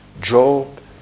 Job